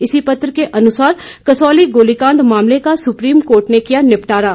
इसी पत्र के अनुसार कसौली गोलीकांड मामले का सुप्रीम कोर्ट ने किया निपटारा